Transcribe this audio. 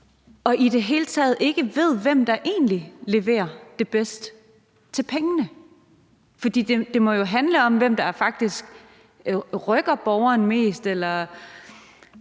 man i det hele taget ikke ved, hvem der egentlig leverer det bedst til pengene. For det må jo handle om, hvem der faktisk rykker det mest for